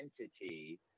entity